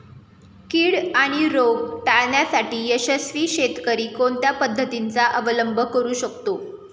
कीड आणि रोग टाळण्यासाठी यशस्वी शेतकरी कोणत्या पद्धतींचा अवलंब करू शकतो?